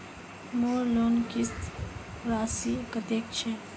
मोर लोन किस्त राशि कतेक छे?